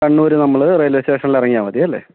കണ്ണൂര് നമ്മൾ റെയിൽവേ സ്റ്റേഷനിൽ ഇറങ്ങിയാൽ മതി അല്ലേ